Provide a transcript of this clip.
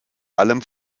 allem